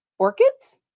Orchids